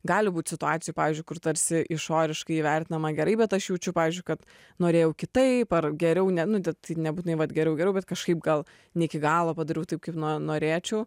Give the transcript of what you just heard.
gali būti situacijų pavyzdžiui kur tarsi išoriškai įvertinama gerai bet aš jaučiu pavyzdžiui kad norėjau kitaip ar geriau nu bet nebūtinai vat geriau geriau bet kažkaip gal ne iki galo padariau taip kaip nuo norėčiau